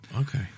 Okay